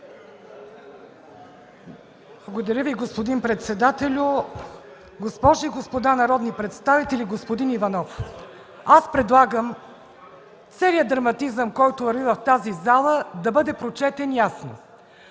Благодаря Ви, господин председателю. Госпожи и господа народни представители! Господин Иванов, аз предлагам целият драматизъм, който върви в тази зала, да бъде прочетен ясно